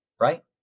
Right